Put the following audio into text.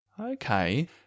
Okay